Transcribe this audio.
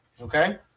Okay